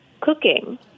cooking